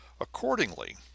Accordingly